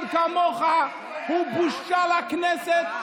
תתבייש, אחד כמוך הוא בושה לכנסת.